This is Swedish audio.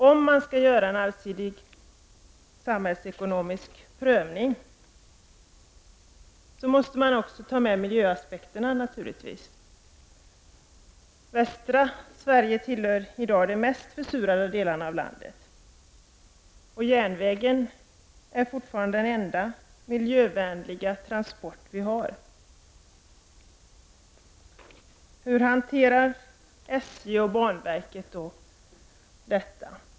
Om man skall göra en allsidig samhällsekonomisk prövning, måste man också ta med miljöaspekterna, naturligtvis. Västra Sverige tillhör i dag de mest försurade delarna av landet, och järnvägen är fortfarande den enda miljövänliga transport vi har. Hur hanterar SJ och banverket då detta?